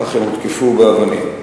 אך הם הותקפו באבנים.